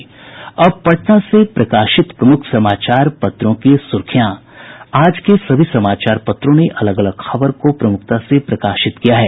अब पटना से प्रकाशित प्रमुख समाचार पत्रों की सुर्खियां आज के सभी समाचार पत्रों ने अलग अलग खबर को प्रमुखता से प्रकाशित किया है